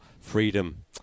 freedom